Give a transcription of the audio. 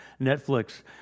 Netflix